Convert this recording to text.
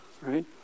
right